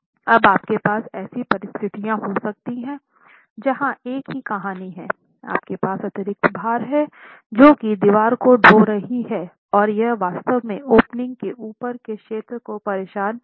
अब आपके पास ऐसी परिस्थितियां हो सकती हैं जहां एक ही कहानी में आपके पास अतिरिक्त भार है जो कि दीवार ढो रही है और यह वास्तव में ओपनिंग के ऊपर के क्षेत्र को परेशान कर रहा है